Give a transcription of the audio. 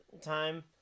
time